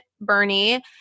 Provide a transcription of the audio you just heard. Bernie